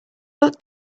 luck